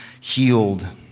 healed